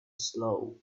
slow